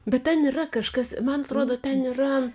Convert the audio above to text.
bet ten yra kažkas man atrodo ten yra